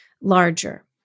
larger